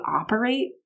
operate